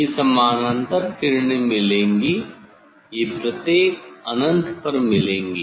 ये समानांतर किरणें मिलेंगी ये प्रत्येक अनंत पर मिलेगी